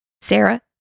Sarah